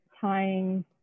tying